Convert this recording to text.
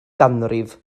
ganrif